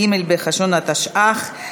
ג' בחשוון התשע"ח,